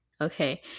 okay